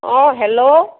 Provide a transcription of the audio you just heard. অঁ হেল্ল'